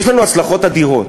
יש לנו הצלחות אדירות.